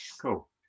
cool